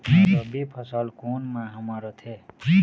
रबी फसल कोन माह म रथे?